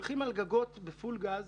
כולל ללכת על גגות בפול גז.